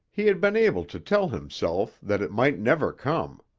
he had been able to tell himself that it might never come.